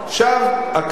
חוק רע מאוד.